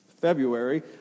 February